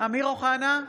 אמיר אוחנה,